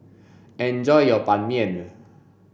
enjoy your ban mian